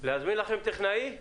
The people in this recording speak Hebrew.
להזמין לכם טכנאי?